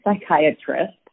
psychiatrist